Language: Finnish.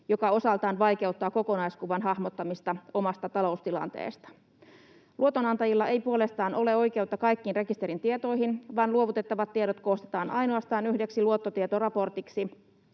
mikä osaltaan vaikeuttaa kokonaiskuvan hahmottamista omasta taloustilanteesta. Luotonantajilla ei puolestaan ole oikeutta kaikkiin rekisterin tietoihin, vaan luovutettavat tiedot koostetaan ainoastaan yhdeksi luottotietoraportiksi,